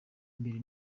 mbere